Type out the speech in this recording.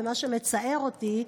מה שמצער אותי,